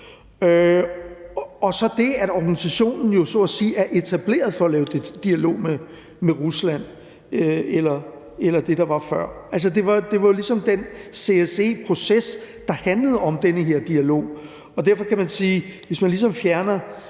og så det, at organisationen jo så at sige er etableret for at lave dialog med Rusland eller det, der var før. Det var den CSCE-proces, der handlede om den her dialog, og derfor kan man sige, at hvis man ligesom fjerner